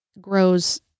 grows